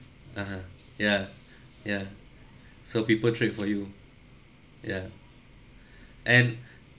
(uh huh) yeah yeah so people trade for you yeah and